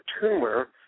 tumor